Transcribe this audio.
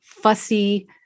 fussy